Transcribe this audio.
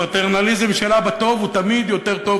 ופטרנליזם של אבא טוב הוא תמיד יותר טוב